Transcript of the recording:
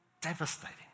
devastating